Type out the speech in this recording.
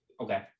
Okay